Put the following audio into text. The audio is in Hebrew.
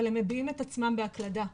אבל הם מביעים את עצמם בהקלדה,